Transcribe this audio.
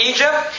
Egypt